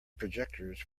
projectors